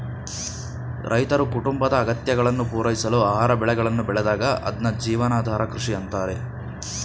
ರೈತರು ಕುಟುಂಬದ ಅಗತ್ಯಗಳನ್ನು ಪೂರೈಸಲು ಆಹಾರ ಬೆಳೆಗಳನ್ನು ಬೆಳೆದಾಗ ಅದ್ನ ಜೀವನಾಧಾರ ಕೃಷಿ ಅಂತಾರೆ